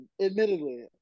admittedly